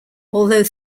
although